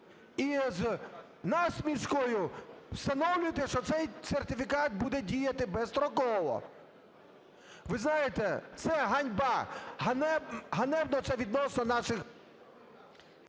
І з насмішкою встановлюєте, що цей сертифікат буде діяти безстроково. Ви знаєте, це – ганьба! Ганебно це відносно наших…